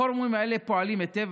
הפורומים האלה פועלים היטב,